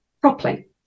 properly